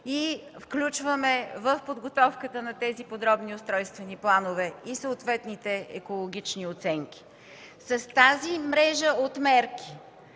и включваме в подготовката на тези подробни устройствени планове и съответните екологични оценки. С тази мрежа от мерки